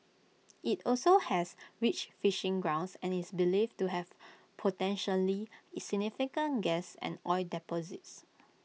IT also has rich fishing grounds and is believed to have potentially significant gas and oil deposits